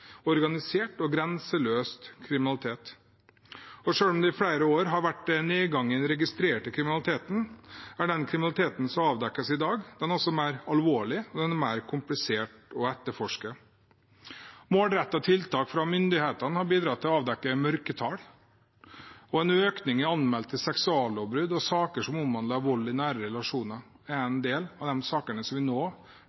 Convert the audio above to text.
organisert og grenseløs kriminalitet. Selv om det i flere har år vært en nedgang i den registrerte kriminaliteten, er den kriminaliteten som avdekkes i dag, mer alvorlig og mer komplisert å etterforske. Målrettede tiltak fra myndighetene har bidratt til å avdekke mørketall, og en økning i anmeldte seksuallovbrudd og saker som omhandler vold i nære relasjoner, er